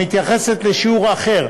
המתייחסת לשיעור אחר.